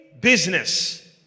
business